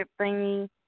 thingy